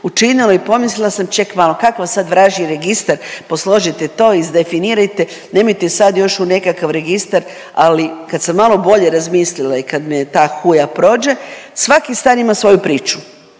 učinilo i pomislila sam ček malo, kakav sad vražji registar, posložite to, izdefinirajte, nemojte sad još u nekakav registar, ali kad sam malo bolje razmislila i kad me ta huja prođe, svaki stan ima svoju priču